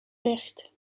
dicht